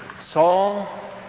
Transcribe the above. Saul